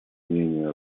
мнение